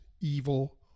evil